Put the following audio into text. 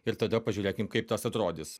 ir tada pažiūrėkim kaip tas atrodys